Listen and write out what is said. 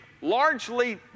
largely